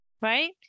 right